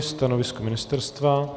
Stanovisko ministerstva?